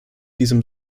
diesem